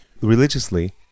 Religiously